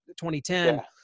2010